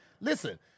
Listen